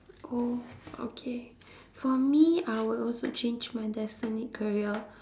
oh okay for me I will also change my destined career